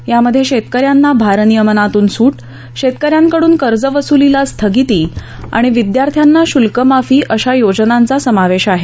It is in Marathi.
यामध्ये शेतक यांना भारनियमनातून सूट शेतक यांकडून कर्ज वसुलीला स्थगिती अणि विद्यार्थ्यांना शुल्कमाफी अशा योजनांचा समावेश आहे